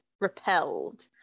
repelled